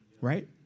Right